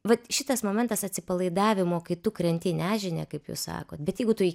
vat šitas momentas atsipalaidavimo kai tu krenti į nežinią kaip jūs sakot bet jeigu tu